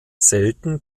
selten